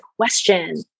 question